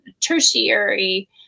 tertiary